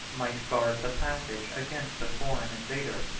might guard the passage against a foreign invader.